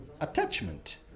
Attachment